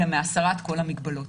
אלא מהסרת כל המגבלות.